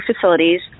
facilities